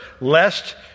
lest